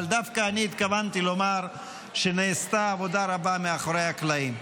אבל דווקא אני התכוונתי לומר שנעשתה עבודה רבה מאחורי הקלעים.